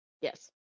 Yes